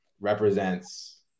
represents